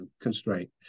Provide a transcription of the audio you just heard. constraint